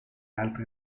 altri